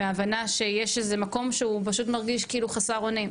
מההבנה שיש איזה מקום שהוא פשוט מרגיש חסר אונים.